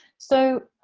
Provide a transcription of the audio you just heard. so,